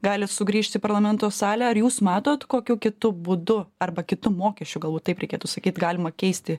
gali sugrįžt į parlamento salę ar jūs matot kokiu kitu būdu arba kitu mokesčiu galbūt taip reikėtų sakyt galima keisti